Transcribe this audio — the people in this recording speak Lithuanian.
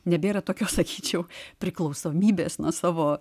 nebėra tokio sakyčiau priklausomybės nuo savo